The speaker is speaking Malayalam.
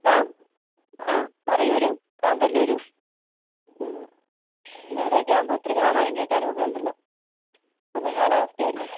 ആ ആ മറയൂരും കാന്തല്ലൂരും അവിടെയൊക്കെ ആകുമ്പോൾ ഒത്തിരി കാണാനും കേൾക്കാനും ഒക്കെ ഉണ്ടല്ലോ നല്ല കാലാവസ്ഥയല്ലേ